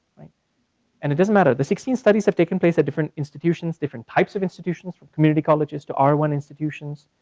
and it doesn't matter, the sixteen studies have taken place at different institutions, different types of institutions, from community colleges to r one institutions.